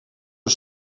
een